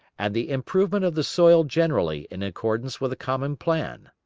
and the improvement of the soil generally in accordance with a common plan.